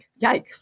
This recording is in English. yikes